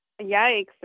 Yikes